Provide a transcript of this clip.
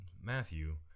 Matthew